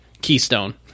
Keystone